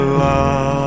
love